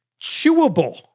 chewable